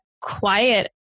quiet